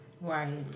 Right